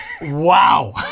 wow